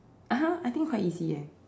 !huh! I think quite easy eh